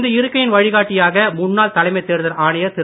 இந்த இருக்கையின் வழிகாட்டியாக முன்னாள் தலைமைத் தேர்தல் ஆணையர் திரு